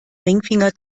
ringfinger